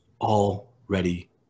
already